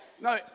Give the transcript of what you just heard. No